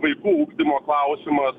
vaikų ugdymo klausimas